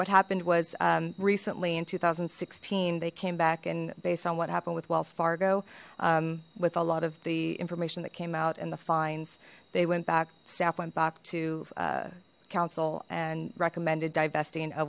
what happened was recently in two thousand and sixteen they came back and based on what happened with wells fargo with a lot of the information that came out and the fines they went back staff went back to council and recommended divest